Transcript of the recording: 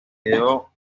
dio